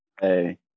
Hey